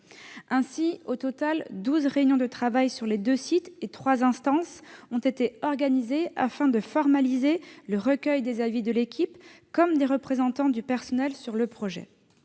Ainsi, au total, douze réunions de travail sur les deux sites et trois instances ont été organisées, afin de formaliser le recueil des avis de l'équipe comme des représentants du personnel sur le projet.